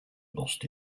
lost